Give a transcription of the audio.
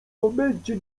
momencie